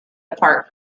apart